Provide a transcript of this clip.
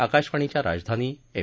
आकाशवाणीच्या राजधानी एफ